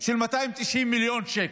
של 290 מיליון שקל.